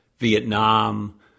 Vietnam